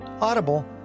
Audible